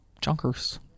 junkers